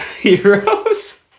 heroes